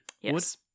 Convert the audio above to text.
Yes